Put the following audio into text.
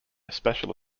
special